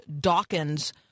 Dawkins